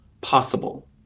possible